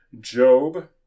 Job